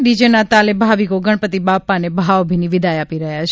ડીજેના તાલે ભાવિકો ગણપતિ બાપાને ભાવભીની વિદાય આપી રહ્યાં છે